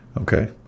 Okay